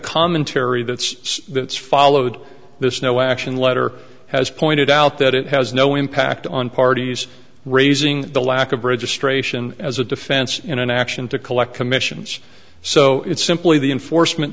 commentary that's that's followed this no action letter has pointed out that it has no impact on parties raising the lack of registration as a defense in an action to collect commissions so it's simply the enforcement